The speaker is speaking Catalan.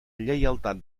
lleialtat